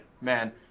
man